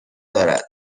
دارد